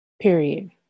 period